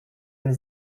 jen